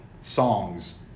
songs